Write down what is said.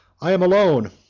i am alone,